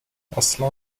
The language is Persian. اصلا